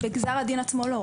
בגזר הדין עצמו לא.